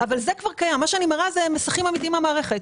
מה שאני מראה, אלה מסכים אמיתיים במערכת.